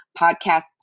podcast